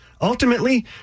ultimately